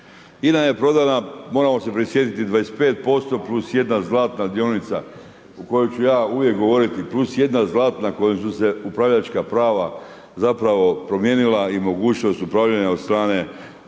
INA je prodana moramo se prisjetiti 25% plus jedna zlatna dionica, u kojoj ću ja uvijek ja govoriti, plus jedna zlatna na kojoj su se upravljačka prava zapravo promijenila i mogućnost upravljanja od strane